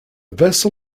vessel